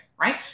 right